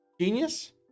Genius